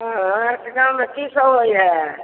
आएँ आहाँके गाममे की सब होइत हए